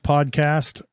Podcast